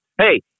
hey